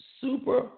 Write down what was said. super